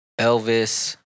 Elvis